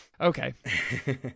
Okay